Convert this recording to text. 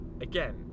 again